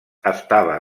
estava